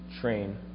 train